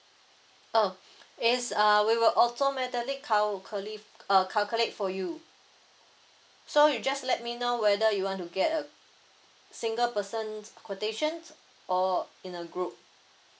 oh it's uh we will automatically calculate uh calculate for you so you just let me know whether you want to get a single person quotations or in a group